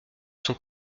son